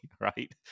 right